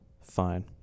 fine